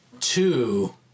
two